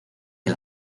que